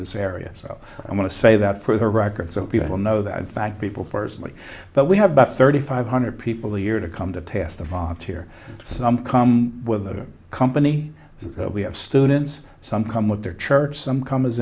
this area so i want to say that for the record so people know that in fact people personally that we have about thirty five hundred people a year to come to pass the volunteer some come with a company so we have students some come with their church some come as